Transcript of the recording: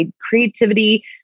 creativity